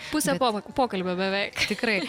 pusę po pokalbio beveik tikrai